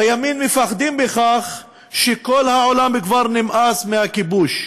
בימין מפחדים מכך שלכל העולם כבר נמאס מהכיבוש.